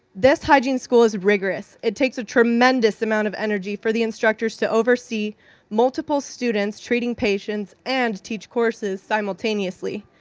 this hygiene school is rigorous. it takes a tremendous amount of energy for the instructors to oversee multiple students treating patients and teach courses simultaneously.